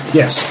yes